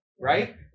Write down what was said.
right